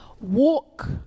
walk